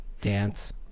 Dance